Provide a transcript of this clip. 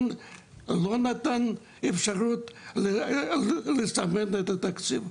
לא נתן אפשרות לסמן את התקציב,